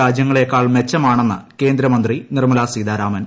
രാജ്യങ്ങളെക്കാൾ മെച്ചമാണെന്ന് കേന്ദ്രമന്ത്രി നിർമ്മലാ സീതാരാമൻ